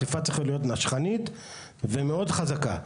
היא צריכה להיות נשכנית ומאוד חזקה,